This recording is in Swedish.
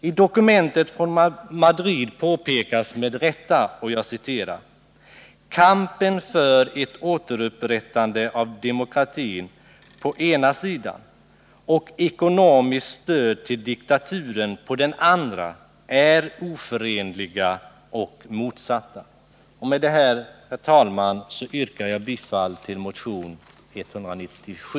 I dokumentet från Madrid påpekas med rätta: Kampen för ett återupprättande av demokratin på ena sidan och ekonomiskt stöd till diktaturen på den andra är oförenliga och motsatta. Med detta, herr talman, yrkar jag bifall till motionen 197.